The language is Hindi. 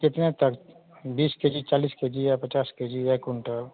कितने तक बीस के जी चालीस के जी या पचास के जी या एक कुंटल